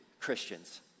Christians